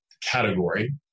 category